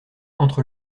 entre